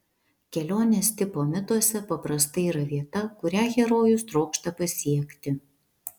kelionės tipo mituose paprastai yra vieta kurią herojus trokšta pasiekti